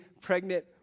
pregnant